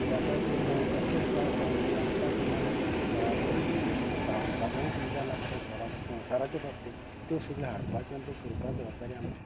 अभ्यासा कडेन जावं कसलेच त्रास जावं नये आनी त्या प्रमाणे घरा कडेन ज्यो ज्यो सादना सुविदा लागता घरा संवसाराच्या बाबतींत त्यो सगल्यो हाडपाच्यो आनी त्यो करपा जबाबदारी आमची